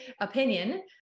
opinion